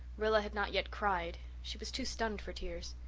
rilla had not yet cried she was too stunned for tears.